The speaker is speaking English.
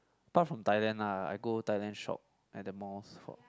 apart from Thailand lah I go Thailand shop at the malls for